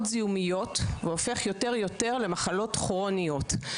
זיהומיות והופך יותר ויותר למחלות כרוניות.